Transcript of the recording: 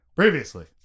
Previously